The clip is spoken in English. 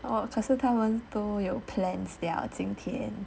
可是他们都有 plans liao 今天